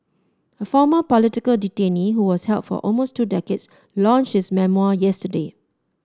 a former political detainee who was held for almost two decades launched his memoir yesterday